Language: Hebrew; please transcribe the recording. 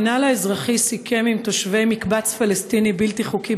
המינהל האזרחי סיכם עם תושבי מקבץ פלסטיני בלתי חוקי